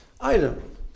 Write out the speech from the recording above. item